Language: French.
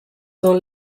dans